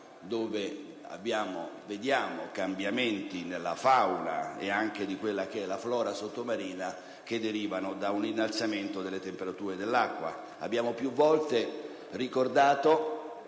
dove notiamo cambiamenti nella fauna ed anche nella flora sottomarina derivanti da un innalzamento delle temperature dell'acqua. Più volte abbiamo